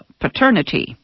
paternity